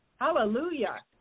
Hallelujah